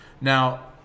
Now